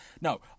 No